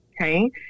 Okay